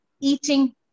Eating